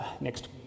Next